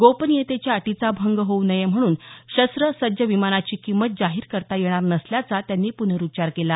गोपनीयतेच्या अटीचा भंग होऊ नये म्हणून शस्त्रसज्ज विमानाची किंमत जाहीर करता येणार नसल्याचा त्यांनी पुनरुच्चार केला